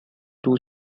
two